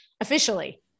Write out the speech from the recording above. officially